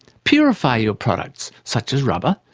purify your products, such as rubber,